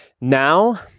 now